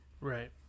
Right